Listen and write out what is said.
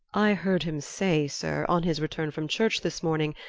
i heard him say, sir, on his return from church this morning,